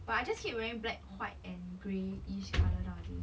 but I just hate wearing black white and greyish colour nowadays